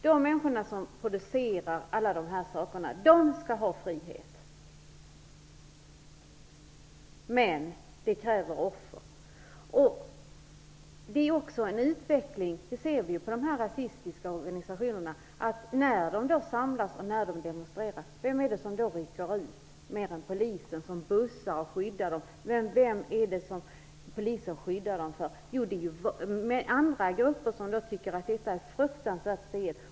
De människor som producerar dessa saker skall ha frihet, men det kräver offer. Det finns också en annan utveckling som vi kan se när det gäller dessa rasistiska organisationer. Vem är det - mer än polisen som skyddar dem - som rycker ut när de samlas och demonstrerar? Vem är det som polisen skyddar dem emot? Jo, det är ju andra grupper som tycker att detta är fruktansvärt fel.